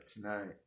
tonight